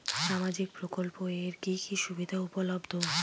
সামাজিক প্রকল্প এর কি কি সুবিধা উপলব্ধ?